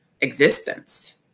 existence